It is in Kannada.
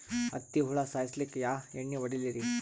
ಹತ್ತಿ ಹುಳ ಸಾಯ್ಸಲ್ಲಿಕ್ಕಿ ಯಾ ಎಣ್ಣಿ ಹೊಡಿಲಿರಿ?